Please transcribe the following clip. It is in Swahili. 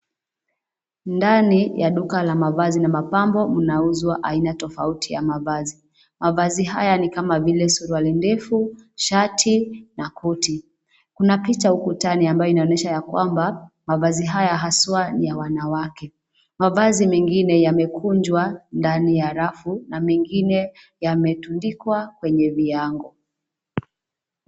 Ndani ya duka la mavazi na mapambo mnauzwa aina tofauti ya mavazi. Mavazi haya ni kama vile suruali ndefu, shati na koti. Kuna picha ukutani ambayo inaonyesha ya kwamba, mavazi haya haswa ni ya wanawake. Mavazi mengine yamekunjwa ndani ya rafu na mengine yametundikwa kwenye viango.